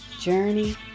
journey